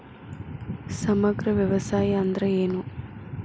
ಸಮಗ್ರ ವ್ಯವಸಾಯ ಅಂದ್ರ ಏನು?